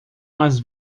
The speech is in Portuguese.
mais